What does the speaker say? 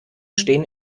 stehen